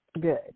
good